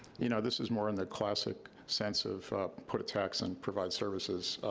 you know, this is more in the classic sense of put a tax and provide services.